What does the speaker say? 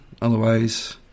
Otherwise